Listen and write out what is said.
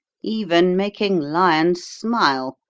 even making lions smile!